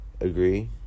agree